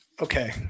Okay